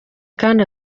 kandi